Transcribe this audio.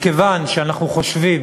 מכיוון שאנחנו חושבים